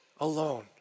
alone